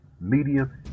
medium